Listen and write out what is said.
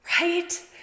Right